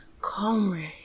Comrade